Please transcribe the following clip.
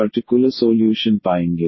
तो particular solution होगा